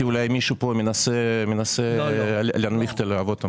תהיתי, אולי מישהו פה מנסה להנמיך את הלהבות.